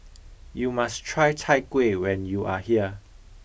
you must try chai kueh when you are here